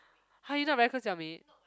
!huh! you not very close to your maid